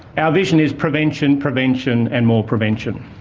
our vision is prevention, prevention and more prevention.